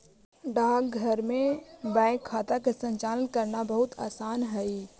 डाकघर में बैंक खाता के संचालन करना बहुत आसान हइ